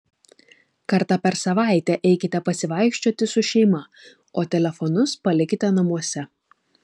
kartą per savaitę eikite pasivaikščioti su šeima o telefonus palikite namuose